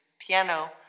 piano